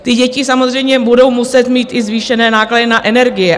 Ty děti samozřejmě budou muset mít i zvýšené náklady na energie.